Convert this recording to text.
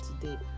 today